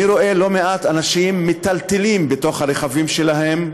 אני רואה לא מעט אנשים מיטלטלים בתוך הרכבים שלהם,